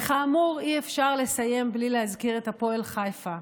וכאמור, אי-אפשר לסיים בלי להזכיר את הפועל חיפה.